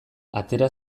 atera